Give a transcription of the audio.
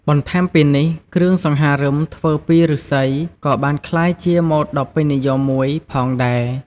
បន្ថែមពីនេះ គ្រឿងសង្ហារឹមធ្វើពីឫស្សីក៏បានក្លាយជាម៉ូដដ៏ពេញនិយមមួយផងដែរ។